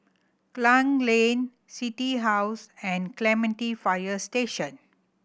Klang Lane City House and Clementi Fire Station